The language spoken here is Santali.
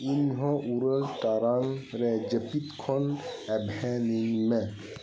ᱤᱧ ᱦᱚᱸ ᱤᱨᱟᱹᱞ ᱴᱟᱲᱟᱝ ᱨᱮ ᱡᱟᱹᱯᱤᱫ ᱠᱷᱚᱱ ᱮᱵᱷᱮᱱᱤᱧ ᱢᱮ